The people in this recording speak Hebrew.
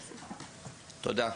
תודה.